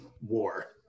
war